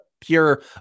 pure